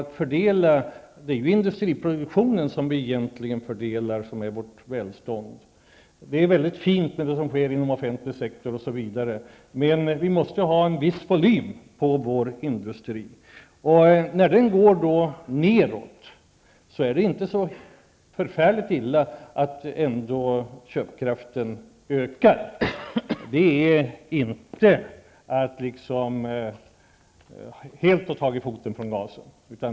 Vi fördelar ju egentligen industriproduktionen som vårt välstånd bygger på. Det är mycket fint det som sker inom den offentliga sektorn, osv., men vi måste ha en viss volym på vår industri. När den vänder nedåt är det inte så illa om köpkraften ökar. Då har man inte helt tagit foten från gasen.